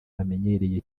bamenyereye